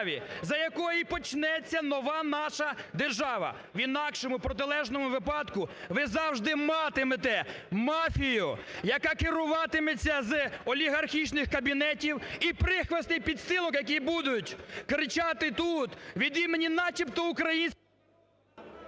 за якої почнеться нова наша держава. В інакшому, протилежному випадку ви завжди матимете мафію, яка керуватиметься з олігархічних кабінетів, і прихвостней-підстилок, які будуть кричати тут від імені начебто українських…